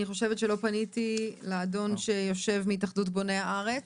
אני רוצה לפנות להתאחדות בוני הארץ.